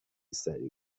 سریع